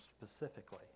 specifically